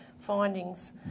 findings